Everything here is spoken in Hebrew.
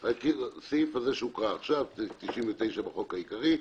הסעיף הזה שהוקרא עכשיו סעיף 99 בחוק העיקרי.